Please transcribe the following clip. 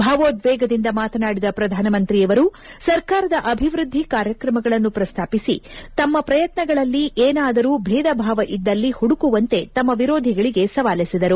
ಭಾವೋದ್ವೇಗದಿಂದ ಮಾತನಾಡಿದ ಪ್ರಧಾನಮಂತ್ರಿಯವರು ಸರ್ಕಾರದ ಅಭಿವೃದ್ದಿ ಕಾರ್ಯಕ್ರಮಗಳನ್ನು ಪ್ರಸ್ತಾಪಿಸಿ ತಮ್ಮ ಪ್ರಯತ್ನಗಳಲ್ಲಿ ಏನಾದಾರು ಭೇದಭಾವ ಇದ್ದಲ್ಲಿ ಪುಡುಕುವಂತೆ ತಮ್ನ ವಿರೋಧಿಗಳಿಗೆ ಸವಾಲೆಸೆದರು